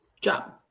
job